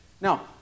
Now